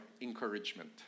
encouragement